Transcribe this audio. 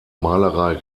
malerei